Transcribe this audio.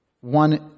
one